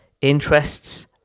interests